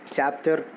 Chapter